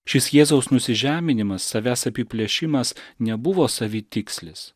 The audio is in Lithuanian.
šis jėzaus nusižeminimas savęs apiplėšimas nebuvo savitikslis